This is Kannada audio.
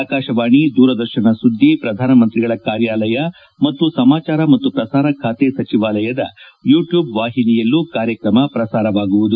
ಆಕಾಶವಾಣಿ ದೂರದರ್ಶನ ಸುದ್ಲಿ ಪ್ರಧಾನಮಂತ್ರಿಗಳ ಕಾರ್ಯಾಲಯ ಮತ್ತು ಸಮಾಚಾರ ಮತ್ತು ಪ್ರಸಾರ ಖಾತೆ ಸಚಿವಾಲಯದ ಯೂಟ್ಯೂಬ್ ವಾಹಿನಿಯಲ್ಲೂ ಕಾರ್ಯಕ್ರಮ ಪ್ರಸಾರವಾಗಲಿದೆ